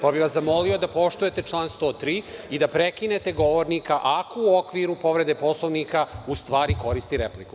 Pa, bih vas zamolio da poštujete član 103. i da prekinete govornika ako u okviru povrede Poslovnika u stvari koristi repliku.